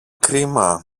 κρίμα